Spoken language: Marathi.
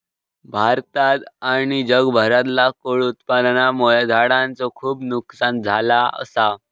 भारतात आणि जगभरातला लाकूड उत्पादनामुळे झाडांचा खूप नुकसान झाला असा